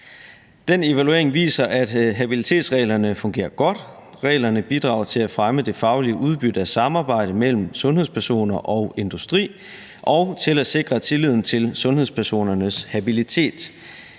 Den evaluering viser, at habilitetsreglerne fungerer godt. Reglerne bidrager til at fremme det faglige udbytte af samarbejdet mellem sundhedspersoner og industri og til at sikre tilliden til sundhedspersonernes habilitet. Der